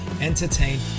entertain